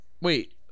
Wait